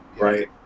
right